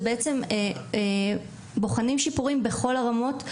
זה בעצם בוחנים שיפורים בכל הרמות,